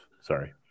sorry